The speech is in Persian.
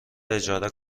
اجاره